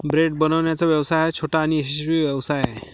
bread बनवण्याचा व्यवसाय हा छोटा आणि यशस्वी व्यवसाय आहे